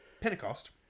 Pentecost